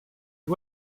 you